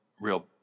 real